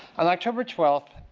on october twelve,